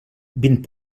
vint